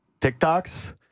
TikToks